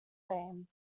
fame